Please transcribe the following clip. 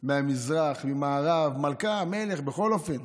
במזרח, במערב, מלך, בכל אופן.